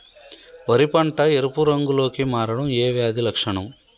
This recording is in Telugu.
వరి పంట ఎరుపు రంగు లో కి మారడం ఏ వ్యాధి లక్షణం?